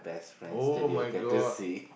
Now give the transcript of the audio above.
[oh]-my-God